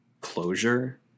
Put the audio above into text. closure